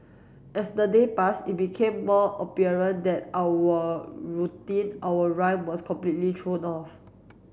as the day passed it became more apparent that our routine our rhyme was completely thrown off